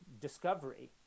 discovery